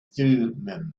thummim